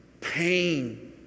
Pain